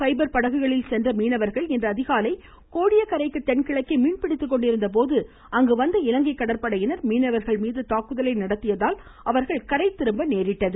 fibre படகுகளில் கோடியக்கரைக்கு தென்கிழக்கே மீன்பிடித்துக்கொண்டிருந்த போது அங்கு வந்த இலங்கை கடற்படையினர் மீனவர்கள் மீது தாக்குதலை நடத்தியதால் அவர்கள் கரைதிரும்ப நேரிட்டது